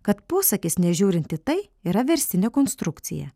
kad posakis nežiūrint į tai yra verstinė konstrukcija